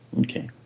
Okay